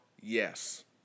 yes